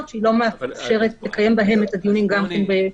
שהיא לא מאפשרת לקיים בהם את הדיונים בתנאי בטיחות.